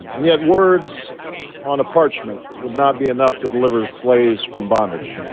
and yet words on a parchment would not be enough to deliver slaves from bondage.